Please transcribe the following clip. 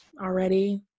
already